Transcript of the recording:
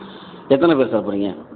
எத்தனை பேர் சார் போகிறீங்க